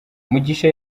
mugisha